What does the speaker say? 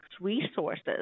resources